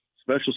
Special